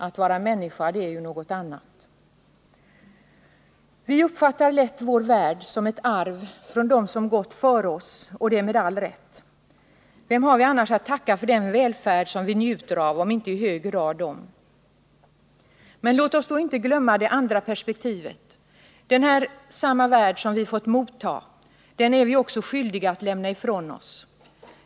Att vara människa är något annat. Vi uppfattar lätt vår värld som ett arv från dem som gått före oss, och det med all rätt. Vem har vi annars att tacka för den välfärd som vi njuter av, om inte i hög grad dem? Men låt oss då inte glömma det andra perspektivet. Denna samma värld som vi fått motta är vi skyldiga att lämna ifrån oss.